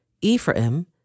Ephraim